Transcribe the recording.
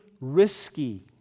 risky